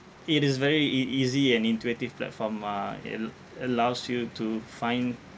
it is very ea~ easy and intuitive platform uh it allows you to find